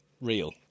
real